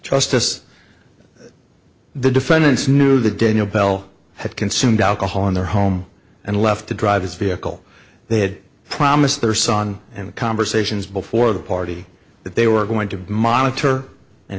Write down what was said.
just as the defendants knew that daniel bell had consumed alcohol in their home and left to drive his vehicle they had promised their son and conversations before the party that they were going to monitor and